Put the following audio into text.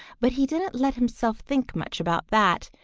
but he didn't let himself think much about that,